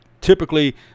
typically